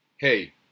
Hey